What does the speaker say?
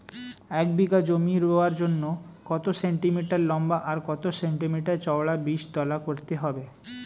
এক বিঘা জমি রোয়ার জন্য কত সেন্টিমিটার লম্বা আর কত সেন্টিমিটার চওড়া বীজতলা করতে হবে?